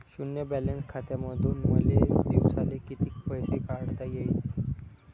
शुन्य बॅलन्स खात्यामंधून मले दिवसाले कितीक पैसे काढता येईन?